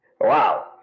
Wow